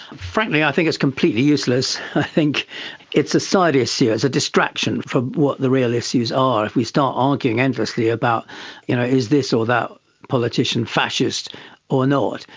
frankly i think it's completely useless. i think it's a side issue, it's a distraction from what the real issues are. if we start arguing endlessly about is this or that politician fascist or not,